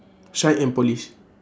shine and polish